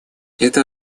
это